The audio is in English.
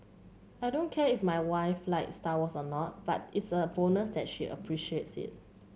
I don't care if my wife likes Star Wars or not but it's a bonus that she appreciates it